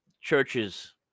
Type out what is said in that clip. churches